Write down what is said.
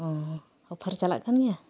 ᱚᱻ ᱚᱯᱷᱟᱨ ᱪᱟᱞᱟᱜ ᱠᱟᱱ ᱜᱮᱭᱟ